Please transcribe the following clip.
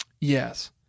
Yes